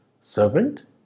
servant